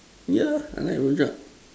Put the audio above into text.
ya I like rojak